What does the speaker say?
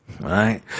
Right